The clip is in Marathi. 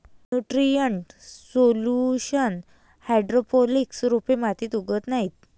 न्यूट्रिएंट सोल्युशन हायड्रोपोनिक्स रोपे मातीत उगवत नाहीत